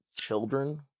children